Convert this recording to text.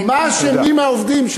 מה אשמים העובדים,